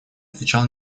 отвечал